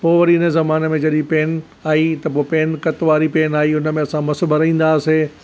पोइ वरी हिन ज़माने में जॾहिं पैन आई त पोइ पैन कतु वारी पैन आई हुन में असां मसु भरे ईंदा हुआसीं